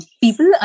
people